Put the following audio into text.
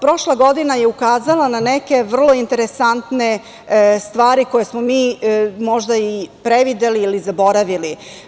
Prošla godina je ukazala na neke vrlo interesantne stvari koje smo mi možda i predvideli ili zaboravili.